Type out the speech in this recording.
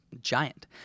giant